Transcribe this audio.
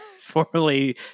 Formerly